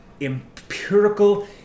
empirical